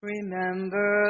Remember